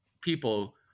people